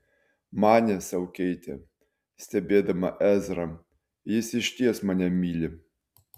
manė sau keitė stebėdama ezrą jis išties mane myli